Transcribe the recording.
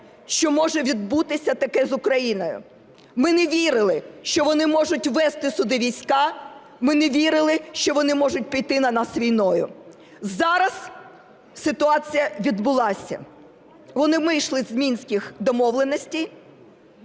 що може відбутися таке з Україною, ми не вірили, що вони можуть ввести сюди війська, ми не вірили, що вони можуть піти на нас війною. Зараз ситуація відбулася, вони вийшли з Мінських домовленостей